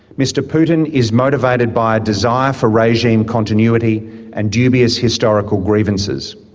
mr putin is motivated by a desire for regime continuity and dubious historical grievances.